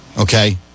Okay